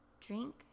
Drink